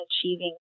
achieving